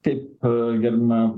kaip a gerbiama